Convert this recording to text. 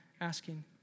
asking